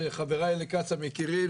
שחברי לקצא"א מכירים,